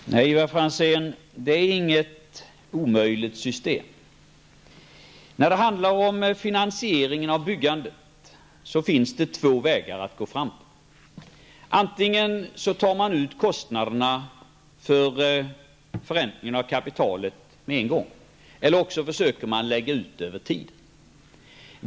Herr talman! Nej, Ivar Franzén, det här är inget omöjligt system. Det finns två vägar att gå framåt när det gäller finansieringen av byggandet. Antingen tar man ut kostnaden för förräntningen av kapitalet med en gång, eller också försöker man lägga ut den över tiden.